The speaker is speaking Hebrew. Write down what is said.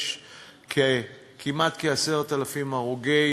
יש כמעט כ-10,000 הרוגים